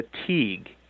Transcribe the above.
fatigue